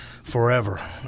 Forever